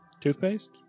Toothpaste